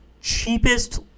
cheapest